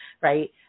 right